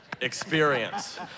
experience